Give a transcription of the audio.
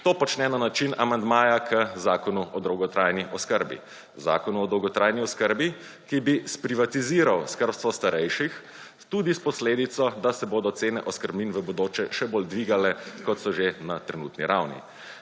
to počne na način amandmaja k Zakonu o dolgotrajni oskrbi, Zakonu o dolgotrajni oskrbi, ki bi sprivatiziral skrbstvo starejših tudi s posledico, da se bodo cene oskrbnin v bodoče še bolj dvigale kot so že na trenutni ravni.